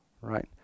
right